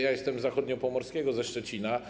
Jestem z Zachodniopomorskiego, ze Szczecina.